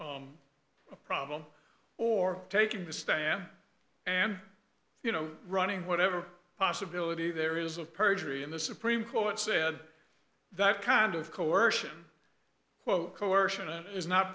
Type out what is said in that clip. amendment problem or taking the stand and you know running whatever possibility there is of perjury and the supreme court said that kind of coercion quote coercion is not